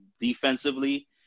defensively